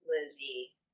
Lizzie